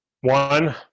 One